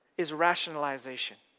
is rationalization.